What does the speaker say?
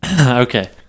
Okay